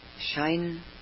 shine